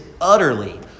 utterly